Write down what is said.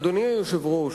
אדוני היושב-ראש,